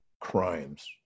crimes